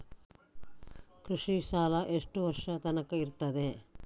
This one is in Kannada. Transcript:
ಕೃಷಿ ಸಾಲ ಎಷ್ಟು ವರ್ಷ ತನಕ ಇರುತ್ತದೆ?